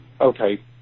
okay